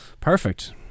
perfect